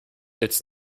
its